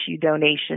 donation